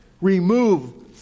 remove